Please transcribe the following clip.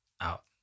out